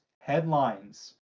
headlines